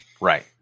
Right